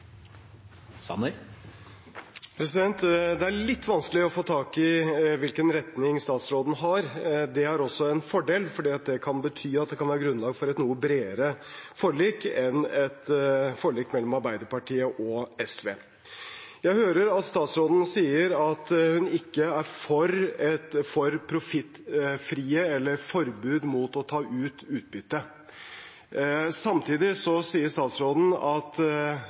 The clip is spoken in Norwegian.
Det er litt vanskelig å få tak i hvilken retning statsråden har. Det er også en fordel, fordi det kan bety at det kan være grunnlag for et noe bredere forlik enn et forlik mellom Arbeiderpartiet og SV. Jeg hører statsråden si at hun ikke er for et forbud mot å ta ut utbytte. Samtidig sier statsråden at